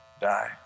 die